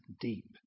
deep